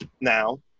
now